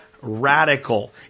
radical